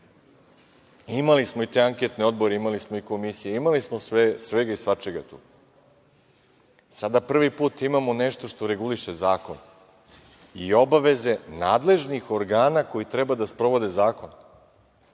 smo i te anketne odbore, imali smo i komisije, imali smo svega i svačega, sada prvi put imamo nešto što reguliše zakon i obaveze nadležnih organa koji treba da sprovode zakon.